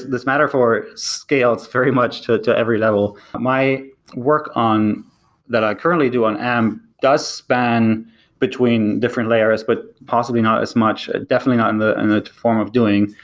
this metaphor scale, it's very much to to every level. my work that i currently do on amp thus span between different layers, but possibly not as much, definitely not in the and the form of doing.